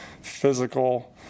physical